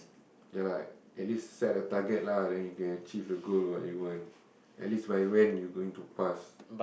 ya lah at least set the target lah then you can achieve the goal what you want at least by when you going to pass